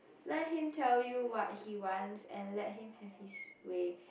let him tell you what he wants and let him have his way